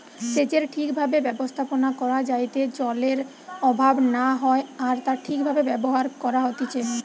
সেচের ঠিক ভাবে ব্যবস্থাপনা করা যাইতে জলের অভাব না হয় আর তা ঠিক ভাবে ব্যবহার করা হতিছে